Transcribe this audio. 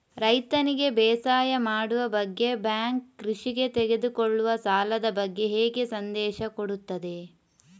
ರೈತನಿಗೆ ಬೇಸಾಯ ಮಾಡುವ ಬಗ್ಗೆ ಬ್ಯಾಂಕ್ ಕೃಷಿಗೆ ತೆಗೆದುಕೊಳ್ಳುವ ಸಾಲದ ಬಗ್ಗೆ ಹೇಗೆ ಸಂದೇಶ ಕೊಡುತ್ತದೆ?